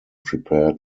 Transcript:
prepare